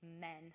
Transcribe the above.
men